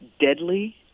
deadly